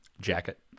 Jacket